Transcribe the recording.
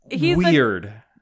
weird